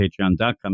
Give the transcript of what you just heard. Patreon.com